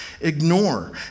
ignore